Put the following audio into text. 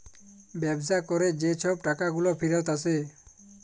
ব্যবসা ক্যরে যে ছব টাকাগুলা ফিরত আসে